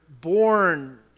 born